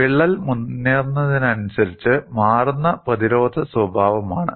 വിള്ളൽ മുന്നേറുന്നതിനനുസരിച്ച് മാറുന്ന പ്രതിരോധ സ്വഭാവമാണ്